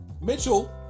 Mitchell